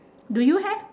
do you have